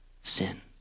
sin